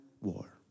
war